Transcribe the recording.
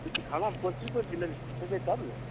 जी खानामे कोन चीज कोन चीज लेबै बतेबै तब ने